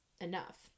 enough